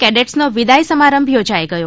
કેડેટસનો વિદાય સમારંભ યોજાઈ ગયો